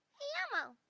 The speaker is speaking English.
hey elmo,